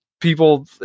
People